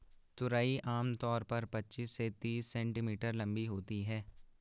तुरई आम तौर पर पचीस से तीस सेंटीमीटर लम्बी होती है